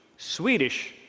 Swedish